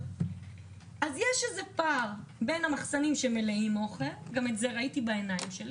יש פער בין המחסנים שמלאים אוכל וראיתי את זה בעיניים שלי,